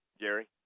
Jerry